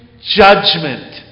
judgment